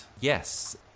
yes